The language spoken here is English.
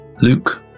Luke